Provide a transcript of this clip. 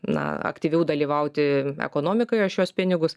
na aktyviau dalyvauti ekonomikoje šiuos pinigus